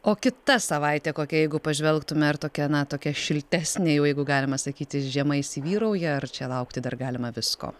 o kita savaitė kokia jeigu pažvelgtume ar tokia na tokia šiltesnė jau jeigu galima sakyti žiema įsivyrauja ar čia laukti dar galima visko